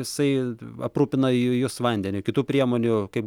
jisai aprūpina j jus vandeniu kitų priemonių kaip